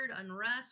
unrest